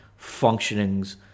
functionings